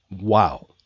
Wow